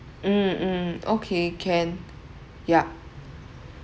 mm mm okay can yup